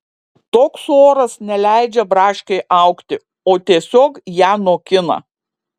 toks oras neleidžia braškei augti o tiesiog ją nokina